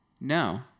No